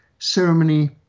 ceremony